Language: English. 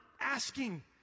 asking